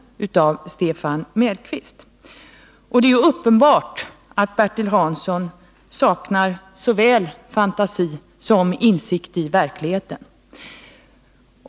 Det är uppenbart att Bertil Hansson saknar såväl fantasi som insikt i verkligheten.